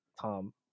Tom